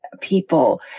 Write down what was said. people